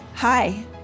Hi